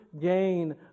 gain